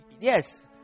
Yes